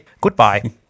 goodbye